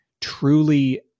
truly